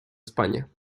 españa